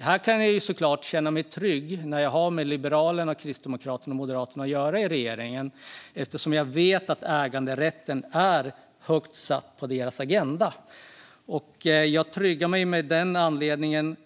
Här kan jag såklart känna mig trygg när vi har Liberalerna, Kristdemokraterna och Moderaterna i regeringen, eftersom jag vet att äganderätten är högt satt på deras agenda. Av den anledningen känner jag mig